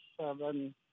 seven